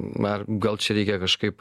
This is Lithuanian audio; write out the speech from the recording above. ar gal čia reikia kažkaip